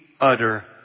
utter